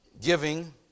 giving